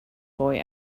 boy